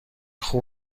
خوب